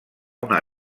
una